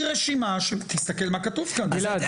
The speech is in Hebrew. היא רשימה של תסתכל מה כתוב כאן -- גלעד,